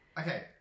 Okay